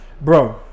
Bro